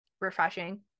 refreshing